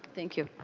thank you.